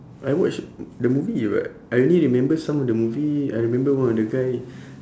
I watched the movie [what] I only remember some of the movie I remember one of the guy